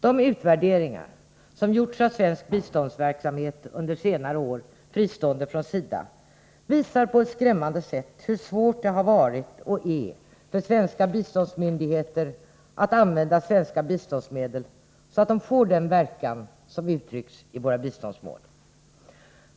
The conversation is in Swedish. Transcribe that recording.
De utvärderingar som gjorts av svensk biståndsverksamhet under senare år fristående från SIDA visar på ett skrämmande sätt hur svårt det har varit och är för svenska biståndsmyndigheter att använda svenska biståndsmedel så, att de får den verkan som uttrycks i våra biståndsmål.